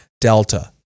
Delta